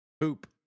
Poop